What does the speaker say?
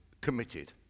committed